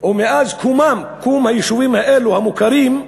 או מאז קומם, קום היישובים האלה, המוכרים,